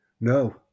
No